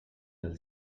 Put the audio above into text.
del